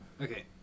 okay